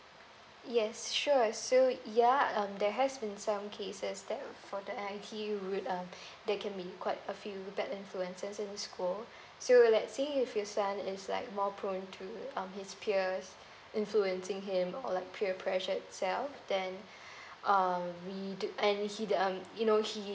yes sure so yeah um there has been some cases that for that he there can be quite a few bad influences in school so let's say if your son is like more prone to um his peers influencing him or like peer pressure itself then um we d~ and he um you know he